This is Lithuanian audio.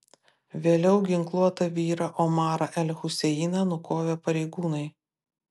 vėliau ginkluotą vyrą omarą el huseiną nukovė pareigūnai